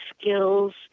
skills